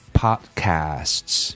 podcasts